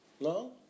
No